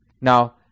Now